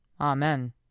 Amen